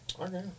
Okay